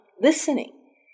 listening